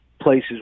places